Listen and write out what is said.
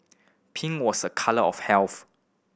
pink was a colour of health